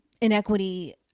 inequity